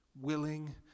willing